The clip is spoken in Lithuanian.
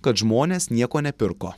kad žmonės nieko nepirko